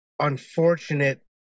unfortunate